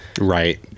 right